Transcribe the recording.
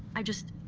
i just,